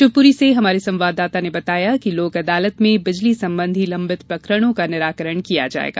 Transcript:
शिवपूरी से हमारे संवाददाता ने बताया कि लोक अदालत में बिजली संबंधी लंबित प्रकरणों का निराकरण किया जायेगा